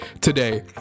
today